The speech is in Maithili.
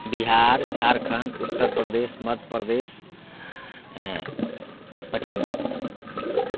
बिहार झारखण्ड उत्तरप्रदेश मध्यप्रदेश पश्चिम बंगाल